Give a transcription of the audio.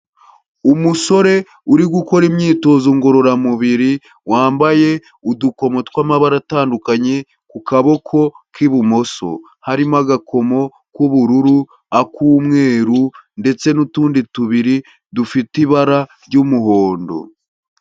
Umusore uri gukora imyitozo ngororamubiri, wambaye udukomo tw'amabara atandukanye ku kaboko kw'ibumoso. Harimo agakomo k'ubururu, ak'umweru ndetse n'utundi tubiri dufite ibara ry'umuhondo.